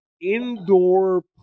indoor